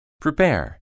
Prepare